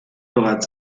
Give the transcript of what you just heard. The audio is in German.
bereits